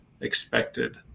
expected